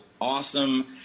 awesome